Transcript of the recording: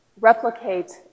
replicate